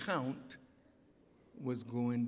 count was going